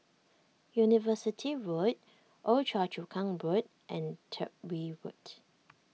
University Road Old Choa Chu Kang Board and Tyrwhitt Road